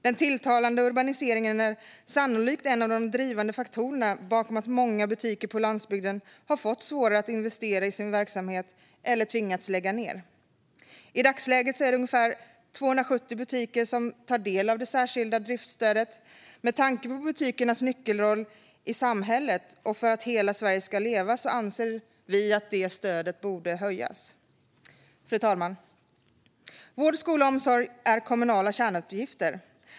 Den tilltagande urbaniseringen är sannolikt en av de drivande faktorerna bakom att många butiker på landsbygden har fått svårare att investera i sin verksamhet eller tvingats lägga ned. I dagsläget är det ungefär 270 butiker som tar del av det särskilda driftsstödet. Med tanke på butikernas nyckelroll i samhället och för att hela Sverige ska leva anser vi att det stödet borde höjas. Fru talman! Vård, skola och omsorg är kommunala kärnuppgifter.